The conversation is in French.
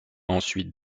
ensuite